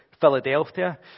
Philadelphia